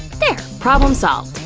there, problem solved.